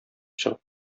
чыгып